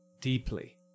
deeply